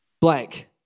blank